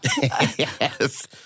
Yes